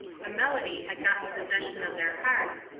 the melody had gotten possession of their hearts,